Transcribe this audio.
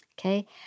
Okay